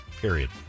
Period